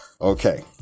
Okay